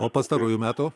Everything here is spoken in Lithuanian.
o pastaruoju metu